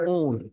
own